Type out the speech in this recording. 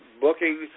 booking